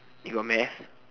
you got math